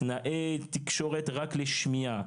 טכנאי תקשורת רק לשמיעה,